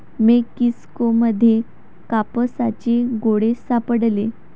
Mexico मध्ये कापसाचे गोळे सापडले